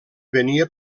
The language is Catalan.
venia